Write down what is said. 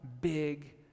big